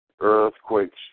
earthquakes